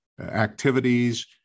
activities